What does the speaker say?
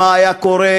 מה היה קורה,